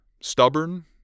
stubborn